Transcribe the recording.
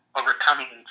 overcoming